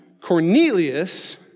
Cornelius